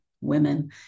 women